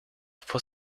for